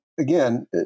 Again